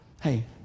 Hey